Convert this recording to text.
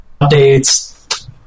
updates